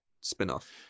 spin-off